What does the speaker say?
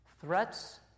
threats